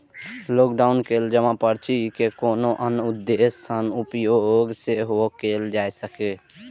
download कैल जमा पर्ची के कोनो आन उद्देश्य सं उपयोग सेहो कैल जा सकैए